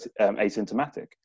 asymptomatic